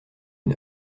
une